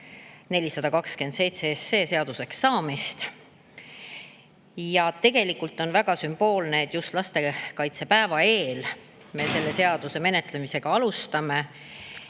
(427 SE) seaduseks saamist. Tegelikult on väga sümboolne, et just lastekaitsepäeva eel me selle seaduseelnõu menetlemist alustame